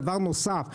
דבר נוסף,